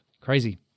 Crazy